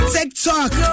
TikTok